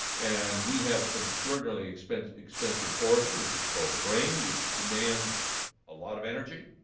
and we have an extraordinarily expensive expensive organ, which is called the brain, which demands a lot of energy.